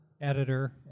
editor